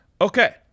Okay